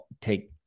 take